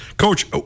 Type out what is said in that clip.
Coach